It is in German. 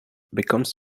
bekommst